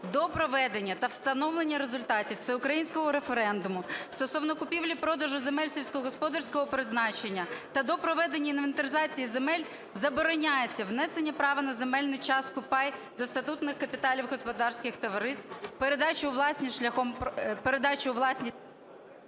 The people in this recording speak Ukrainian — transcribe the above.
до проведення та встановлення результатів всеукраїнського референдуму стосовно купівлі-продажу земель сільськогосподарського призначення та до проведення інвентаризації земель забороняється внесення права на земельну частку (пай) до статутних капіталів господарських товариств, передачу у власність шляхом...